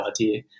idea